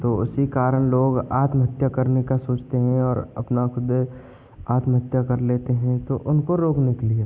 तो उसी कारण लोग आत्महत्या करने का सोचते हैं और अपना खुद आत्महत्या कर लेते हैं तो उनको रोकने के लिए